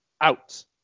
out